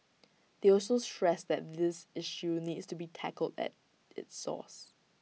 they also stressed that this issue needs to be tackled at its source